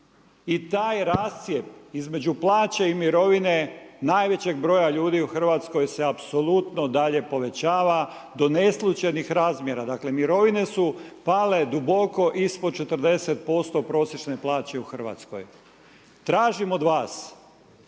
I taj rascjep između plaće i mirovine najvećeg broja ljudi u Hrvatskoj se apsolutno dalje povećava do neslućenih razmjera. Dakle mirovine su pale duboko ispod 40% prosječne plaće u Hrvatskoj. Tražim od vas